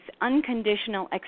unconditional